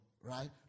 right